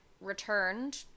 returned